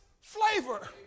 flavor